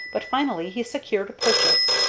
but finally he secured a purchase,